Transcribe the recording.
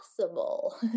possible